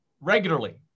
regularly